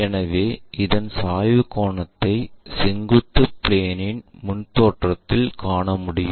எனவே இதன் சாய்வு கோணத்தை செங்குத்து பிளேன் இன் முன் தோற்றத்தில் காணமுடியும்